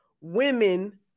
women